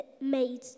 made